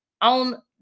on